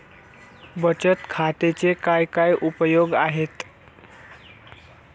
बचत खात्याचे काय काय उपयोग आहेत?